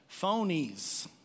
phonies